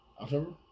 October